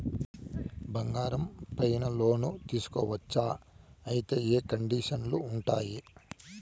నేను బంగారం పైన లోను తీసుకోవచ్చా? అయితే ఏ కండిషన్లు ఉంటాయి?